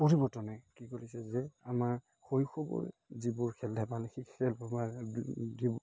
পৰিৱৰ্তনে কি কৰিছে যে আমাৰ শৈশৱৰ যিবোৰ খেল ধেমালি সেই খেল ধেমালি